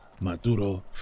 maduro